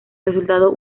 resultado